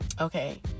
Okay